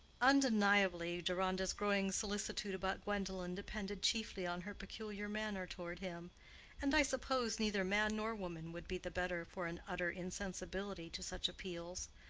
undeniably deronda's growing solicitude about gwendolen depended chiefly on her peculiar manner toward him and i suppose neither man nor woman would be the better for an utter insensibility to such appeals.